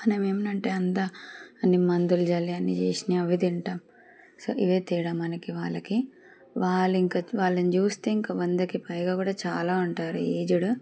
మనం ఏందంటే అంతా అన్ని మందులు చల్లి అన్న చేసిన అవి తింటాం సో ఇవే తేడా మనకి వాళ్ళకి వాళ్ళింకా వాళ్ళని చూస్తే ఇంక వందకి పైగా కూడా చాలా ఉంటారు ఏజ్డ్